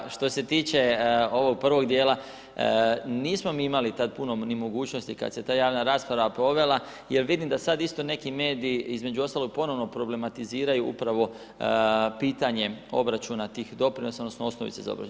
Ovoga, što se tiče, ovog prvog dijela, nismo mi imali tad puno ni mogućnosti kada se ta javna rasprava povela jel vidim da sad isto neki mediji, između ostaloga, ponovno problematiziraju, upravo pitanje obračuna tih doprinosa odnosno osnovice za obračun.